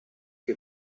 che